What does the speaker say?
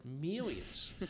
millions